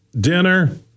dinner